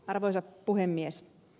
arvoisa puhemies